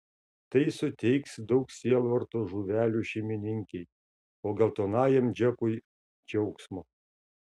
tai suteiks daug sielvarto žuvelių šeimininkei o geltonajam džekui džiaugsmo